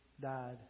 died